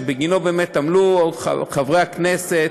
שבגינו באמת עמלו חברי הכנסת,